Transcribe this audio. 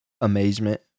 amazement